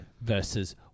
Versus